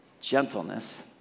gentleness